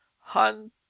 hunt